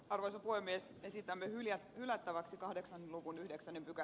arvoisa puhemies esittämän ja hylättäväksi kahdeksan lopun yhdeksän